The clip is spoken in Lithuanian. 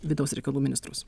vidaus reikalų ministrus